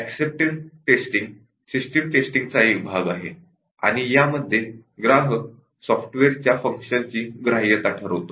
acceptance testing system टेस्टिंगचा एक भाग आहे आणि यामध्ये ग्राहक सॉफ्टवेअरच्या फंक्शनची ग्राह्यता ठरवतात